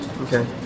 Okay